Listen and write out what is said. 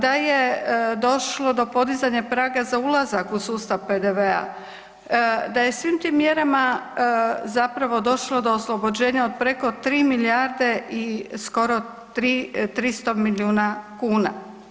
Da je došlo do podizanja praga za ulazak u sustav PDV-a, da je svim tim mjerama zapravo došlo do oslobođenja od preko 3 milijarde i skoro 300 milijuna kuna.